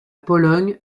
pologne